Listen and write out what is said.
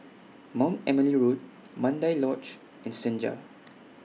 Mount Emily Road Mandai Lodge and Senja